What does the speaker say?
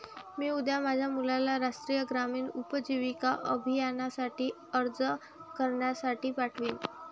मी उद्या माझ्या मुलाला राष्ट्रीय ग्रामीण उपजीविका अभियानासाठी अर्ज करण्यासाठी पाठवीन